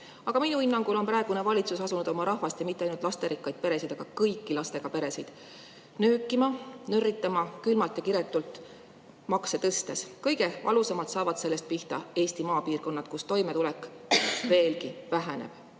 Aga minu hinnangul on praegune valitsus asunud oma rahvast – ja mitte ainult lasterikkaid peresid, vaid kõiki lastega peresid – nöökima ja nörritama külmalt ja kiretult makse tõstes. Kõige valusamalt saavad sellest pihta Eesti maapiirkonnad, kus toimetulek veelgi väheneb. Neid